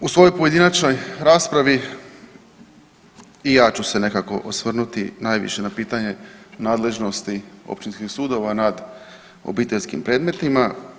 U svojoj pojedinačnoj raspravi i ja ću se nekako osvrnuti najviše na pitanje nadležnosti općinskih sudova nad obiteljskim predmetima.